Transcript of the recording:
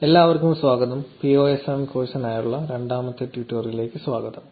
എല്ലാവർക്കും നമസ്കാരം PSOSM കോഴ്സിനായുള്ള രണ്ടാമത്തെ ട്യൂട്ടോറിയലിലേക്ക് സ്വാഗതം